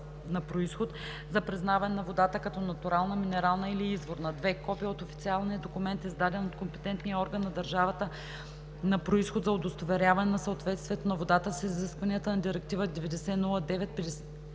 на произход, за признаване на водата като натурална минерална или изворна; 2. копие от официалния документ, издаден от компетентния орган на държавата на произход за удостоверяване на съответствието на водата с изискванията на Директива 2009/54/ЕО;